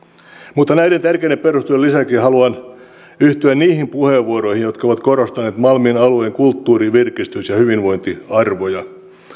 mutta näiden tärkeiden perusteluiden lisäksi haluan yhtyä niihin puheenvuoroihin jotka ovat korostaneet malmin alueen kulttuuri virkistys ja hyvinvointiarvoja